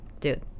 dude